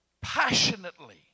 passionately